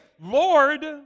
Lord